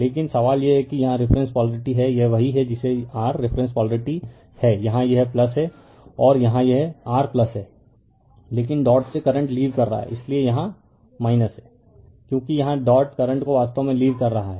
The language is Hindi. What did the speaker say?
लेकिन सवाल यह है कि यहां रिफरेन्स पोलारिटी है यह वही है जिसे यह r रिफरेन्स पोलारिटी है यहां यह है और यहां यह r है लेकिन डॉट से करंट लीव कर रहा है इसलिए यहां है क्योंकि यहां डॉट करंट को वास्तव में लीव कर रहा है